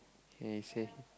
he say